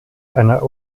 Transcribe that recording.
einer